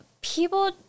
people